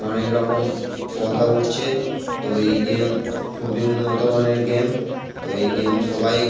অনেক রকম কথা উঠছে তো এই গেম খুবই উন্নতমানের গেম তো এই গেম সবাই